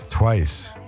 Twice